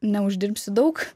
neuždirbsi daug